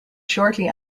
shortly